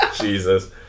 Jesus